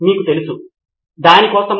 సిద్ధార్థ్ మాతురి నిజమే